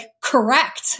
correct